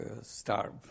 starve